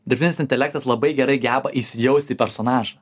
dirbtinis intelektas labai gerai geba įsijaust į personažą